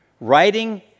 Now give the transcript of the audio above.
Writing